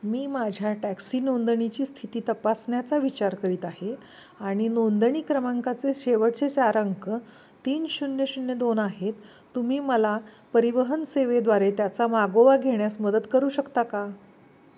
मी माझ्या टॅक्सी नोंदणीची स्थिती तपासण्याचा विचार करीत आहे आणि नोंदणी क्रमांकाचे शेवटचे चार अंक तीन शून्य शून्य दोन आहेत तुम्ही मला परिवहन सेवेद्वारे त्याचा मागोवा घेण्यास मदत करू शकता का